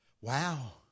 Wow